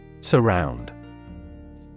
Surround